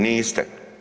Niste.